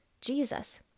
Jesus